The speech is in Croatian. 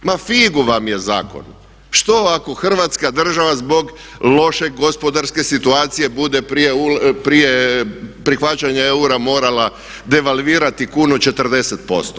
Ma figu vam je zakon, što ako Hrvatska država zbog loše gospodarske situacije bude prije prihvaćanja eura morala devalvirati kunu 40%